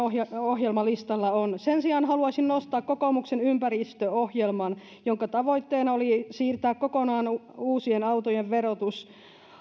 ohjelmalistalla on sen sijaan haluaisin nostaa kokoomuksen ympäristöohjelman jonka tavoitteena oli siirtää uusien autojen verotus kokonaan